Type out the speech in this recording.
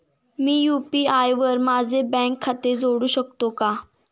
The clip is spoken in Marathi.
मी यु.पी.आय वर माझे बँक खाते जोडू शकतो का?